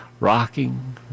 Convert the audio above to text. Rocking